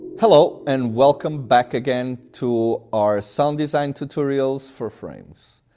hello and welcome back again to our sound design tutorials for frms.